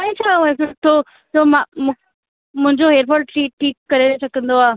ऐं छा ए सुठो म म मुंहिंजो हेयर फाल ठी ठीकु करे सकंदो आहे